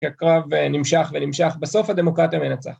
‫כי הקרב נמשך ונמשך. ‫בסוף הדמוקרטיה מנצחת.